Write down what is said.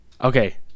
Okay